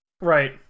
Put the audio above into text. Right